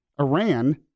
Iran